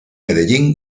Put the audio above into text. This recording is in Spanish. medellín